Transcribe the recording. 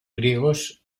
griegos